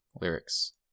Lyrics